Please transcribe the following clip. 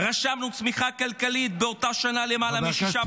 באותה שנה רשמנו צמיחה כלכלית למעלה מ-6%.